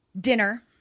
Dinner